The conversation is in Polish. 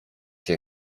się